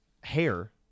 hair